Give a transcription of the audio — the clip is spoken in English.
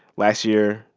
last year,